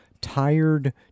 tired